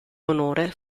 onore